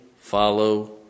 follow